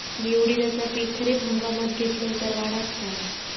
मी उडीदाचा पीक खरीप हंगामात घेतलय तर वाढात काय?